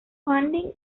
funding